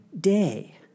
day